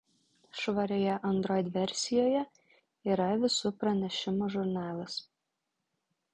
švarioje android versijoje yra visų pranešimų žurnalas